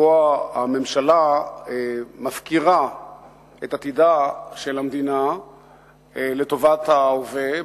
שהממשלה מפקירה את עתידה של המדינה לטובת ההווה,